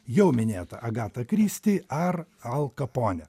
jau minėta agata kristi ar al kaponė